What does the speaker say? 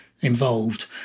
involved